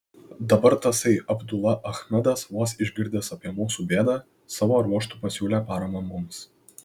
dabar tasai abdula achmedas vos išgirdęs apie mūsų bėdą savo ruožtu pasiūlė paramą mums